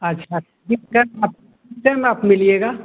अच्छा मिलिएगा